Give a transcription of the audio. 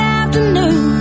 afternoon